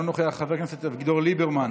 אינו נוכח, חבר הכנסת אביגדור ליברמן,